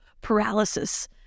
paralysis